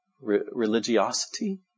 religiosity